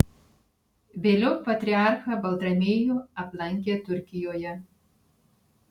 vėliau patriarchą baltramiejų aplankė turkijoje